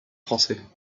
français